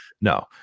No